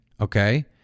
Okay